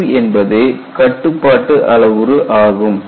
Q என்பது கட்டுப்பாட்டு அளவுரு ஆகும்